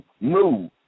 move